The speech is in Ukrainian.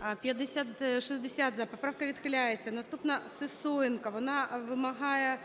За-60 Поправка відхиляється. Наступна - Сисоєнко. Вона вимагає